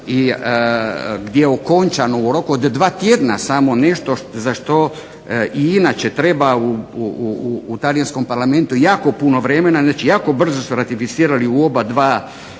i gdje je okončan u roku od dva tjedna samo nešto za što i inače treba u Talijanskom parlamentu jako puno vremena inače jako brzo su ratificirali u oba dva